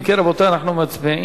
אם כן, רבותי, אנחנו מצביעים.